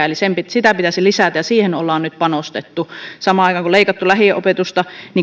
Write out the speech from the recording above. eli sitä pitäisi lisätä ja siihen ollaan nyt panostettu samaan aikaan kun on leikattu lähiopetusta